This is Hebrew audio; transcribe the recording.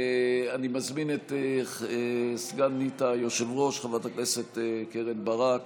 אני מזמין את סגנית היושב-ראש חברת הכנסת קרן ברק